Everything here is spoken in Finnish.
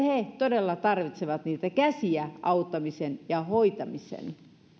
he todella tarvitsevat niitä käsiä auttamiseen ja hoitamiseen